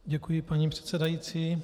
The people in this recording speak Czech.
Děkuji, paní předsedající.